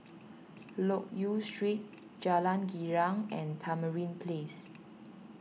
Loke Yew Street Jalan Girang and Tamarind Place